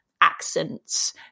accents